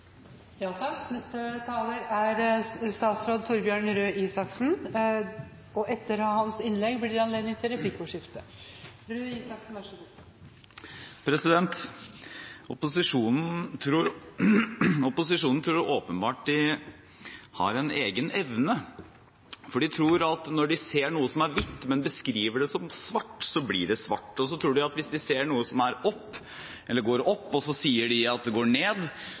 Opposisjonen tror åpenbart de har en egen evne, for de tror at når de ser noe som er hvitt, men beskriver det som svart, så blir det svart. Og hvis de ser noe som går opp, og så sier at det går ned, og det allikevel går opp, så tror de at det skjer bare fordi de sier det – at opp er ned